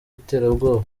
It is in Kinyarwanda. iterabwoba